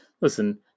listen